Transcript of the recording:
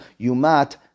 Yumat